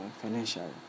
financial